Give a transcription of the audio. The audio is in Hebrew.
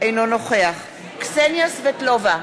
אינו נוכח קסניה סבטלובה,